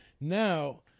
now